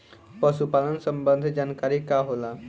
पशु पालन संबंधी जानकारी का होला?